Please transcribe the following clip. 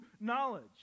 knowledge